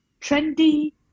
trendy